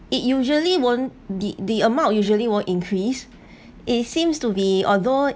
it usually won't the the amount usually won't increase it seems to be although